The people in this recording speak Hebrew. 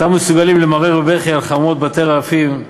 אותם המסוגלים למרר בבכי על חממות ובתי רעפים,